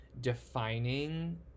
defining